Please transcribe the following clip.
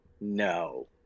No